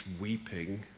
weeping